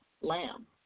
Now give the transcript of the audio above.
Lamb